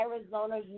Arizona